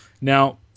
Now